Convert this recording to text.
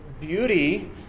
beauty